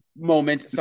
moment